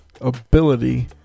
ability